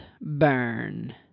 burn